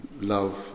love